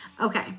Okay